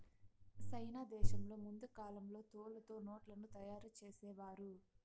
సైనా దేశంలో ముందు కాలంలో తోలుతో నోట్లను తయారు చేసేవారు